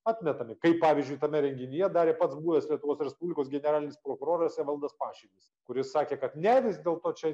atmetami kaip pavyzdžiui tame reginyje darė pats buvęs lietuvos respublikos generalinis prokuroras evaldas pašilis kuris sakė kad ne vis dėlto čia